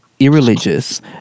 Irreligious